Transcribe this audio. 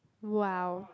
wow